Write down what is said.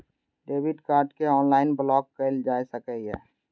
debit card कें online block कैल जा सकैए